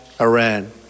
Iran